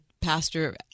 pastor